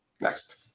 Next